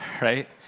right